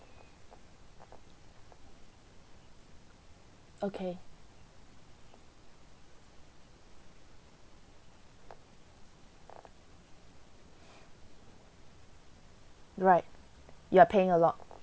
okay right you are paying a lot